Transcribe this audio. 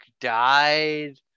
died